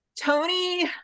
Tony